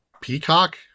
Peacock